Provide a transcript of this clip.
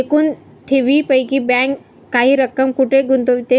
एकूण ठेवींपैकी बँक काही रक्कम कुठे गुंतविते?